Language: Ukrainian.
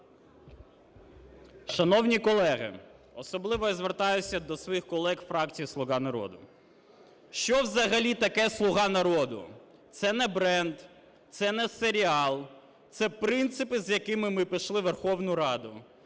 Шановні колеги, особливо я звертаюся до своїх колег із фракції "Слуга народу". Що взагалі таке "Слуга народу"? Це не бренд. Це не серіал. Це принципи, з якими ми прийшли в Верховну Раду.